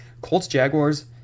Colts-Jaguars